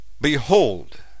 Behold